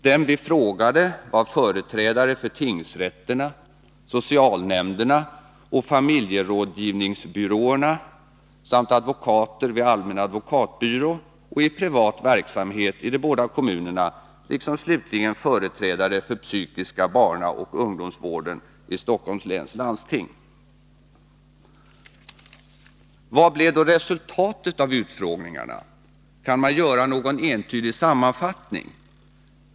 Dem vi frågade var företrädare för tingsrätterna, socialnämnderna och familjerådgivningsbyråerna samt advokater vid allmän advokatbyrå och i privat verksamhet i de båda kommunerna liksom slutligen företrädare för den psykiska barnaoch ungdomsvården i Stockholms läns landsting. Vad blev då resultatet av utfrågningarna? Kan man göra någon entydig sammanfattning?